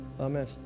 amen